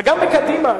וגם בקדימה,